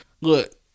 look